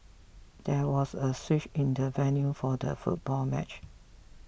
there was a switch in the venue for the football match